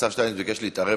השר שטייניץ ביקש להתערב.